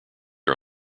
are